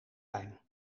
wijn